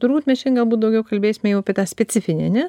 turbūt mes šian galbūt daugiau kalbėsime jau apie tą specifinį ane